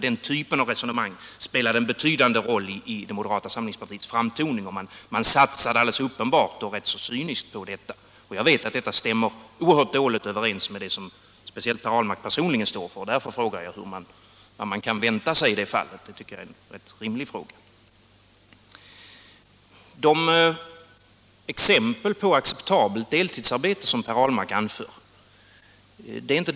Den typen av resonemang spelar en betydande roll i det moderata samlingspartiets framtoning. Man satsade alldeles uppenbart och rätt så cyniskt på detta. Jag vet att detta stämmer oerhört dåligt överens med det som speciellt Per Ahlmark personligen står för. Därför frågar jag vad man kan vänta sig i det fallet. Det tycker jag är en rimlig fråga. Jag vänder mig inte mot de exempel på acceptabelt deltidsarbete som Per Ahlmark anför.